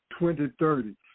2030